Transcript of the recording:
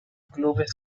clubes